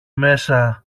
μέσα